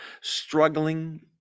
struggling